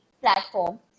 platform